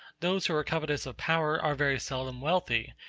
those who are covetous of power are very seldom wealthy,